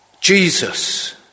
Jesus